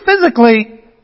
physically